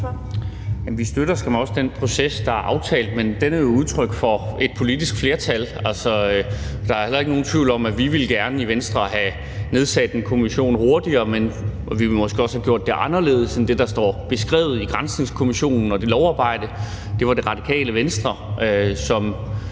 vi støtter skam også den proces, der er aftalt, men den er jo udtryk for et politisk flertal. Altså, der er heller ikke nogen tvivl om, at vi i Venstre gerne ville have nedsat en kommission hurtigere, og vi ville måske også have gjort det anderledes end det, der står beskrevet i granskningskommissionen og lovarbejdet. Det var Det Radikale Venstre, som